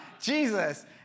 Jesus